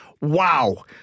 Wow